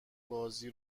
بازی